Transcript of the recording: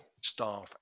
staff